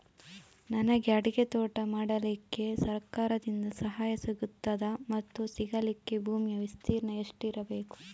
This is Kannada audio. ನನಗೆ ಅಡಿಕೆ ತೋಟ ಮಾಡಲಿಕ್ಕೆ ಸರಕಾರದಿಂದ ಸಹಾಯ ಸಿಗುತ್ತದಾ ಮತ್ತು ಸಿಗಲಿಕ್ಕೆ ಭೂಮಿಯ ವಿಸ್ತೀರ್ಣ ಎಷ್ಟು ಇರಬೇಕು?